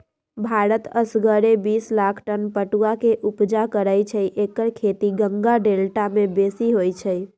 भारत असगरे बिस लाख टन पटुआ के ऊपजा करै छै एकर खेती गंगा डेल्टा में बेशी होइ छइ